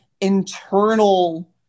internal